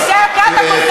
השר ישב פה,